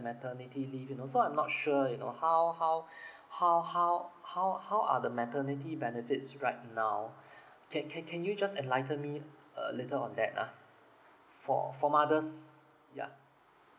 maternity leave you know so I'm not sure you know how how how how how how are the maternity benefits right now can can can you just enlighten me a little on that ah for for mothers yeah